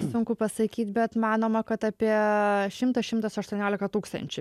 sunku pasakyt bet manoma kad apie šimtas šimtas aštuoniolika tūkstančių